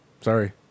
Sorry